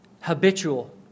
habitual